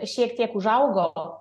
šiek tiek užaugo